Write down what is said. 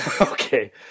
Okay